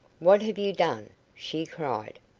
what have you done? she cried.